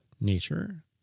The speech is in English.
nature